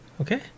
okay